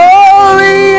Holy